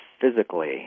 physically